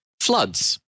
floods